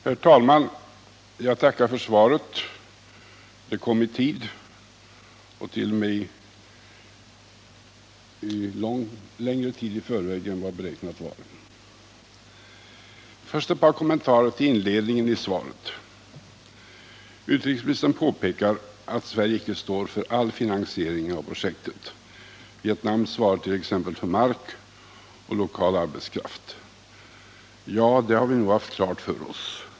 Herr talman! Jag tackar för svaret på min interpellation. Det kom i god tid. Först ett par kommentarer till inledningen i svaret: Utrikesministern påpekar att Sverige icke står för all finansiering av projektet. Vietnam svarar t.ex. för mark och lokal arbetskraft. Ja, det har vi nog haft klart för oss.